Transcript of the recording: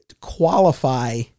qualify